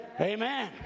Amen